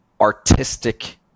artistic